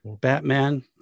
Batman